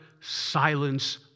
silence